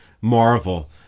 marvel